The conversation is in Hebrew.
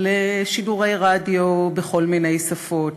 לשידורי רדיו בכל מיני שפות,